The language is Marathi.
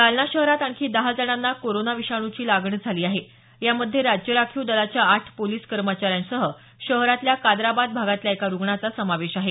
जालना शहरात आणखी दहा जणांना कोरोना विषाणूची लागण झाली आहे यामध्ये राज्य राखीव दलाच्या आठ पोलीस कर्मचाऱ्यांसह शहरातल्या कादराबाद भागातल्या एका रुग्णाचा समावेश आहे